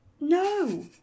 no